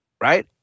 right